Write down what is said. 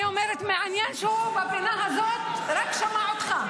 אני אומרת, מעניין שהוא בפינה הזו שמע רק אותך.